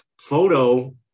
photo